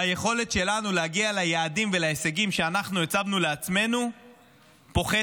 והיכולת שלנו להגיע ליעדים ולהישגים שאנחנו הצבנו לעצמנו פוחתת.